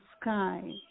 sky